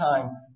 time